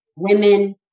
Women